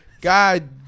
God